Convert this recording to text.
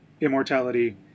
immortality